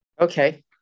Okay